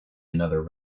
another